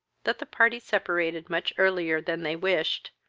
that the party separated much earlier than they wished,